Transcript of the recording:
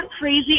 crazy